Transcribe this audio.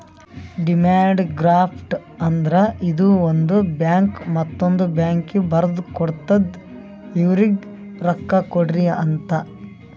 demand draft ಅಂದ್ರ ಇದು ಒಂದು ಬ್ಯಾಂಕ್ ಮತ್ತೊಂದ್ ಬ್ಯಾಂಕ್ಗ ಬರ್ದು ಕೊಡ್ತಾದ್ ಇವ್ರಿಗ್ ರೊಕ್ಕಾ ಕೊಡ್ರಿ ಅಂತ್